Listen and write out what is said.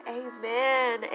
amen